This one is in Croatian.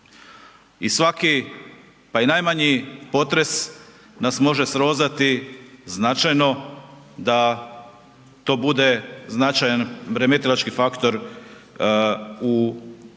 i svaki pa i najmanji potres nas može srozati značajno da to bude značajan, remetilački faktor u proračunu